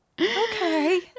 okay